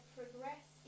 Progress